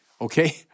Okay